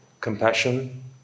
compassion